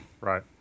right